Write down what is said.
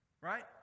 Right